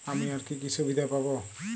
আমি আর কি কি সুবিধা পাব?